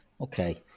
Okay